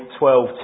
12